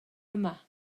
yma